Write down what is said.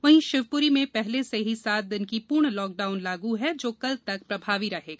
वहीं शिवपुरी में पहले से ही सात दिन की पूर्ण लॉकडाउन लागू है जो कल तक प्रभावी रहेगा